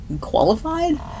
qualified